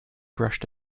brushed